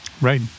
Right